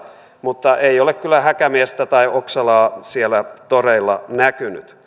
mutta ei ole kyllä häkämiestä tai oksalaa siellä toreilla näkynyt